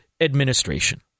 administration